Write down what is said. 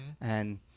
and-